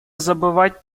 забывать